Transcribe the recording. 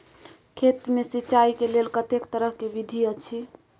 खेत मे सिंचाई के लेल कतेक तरह के विधी अछि?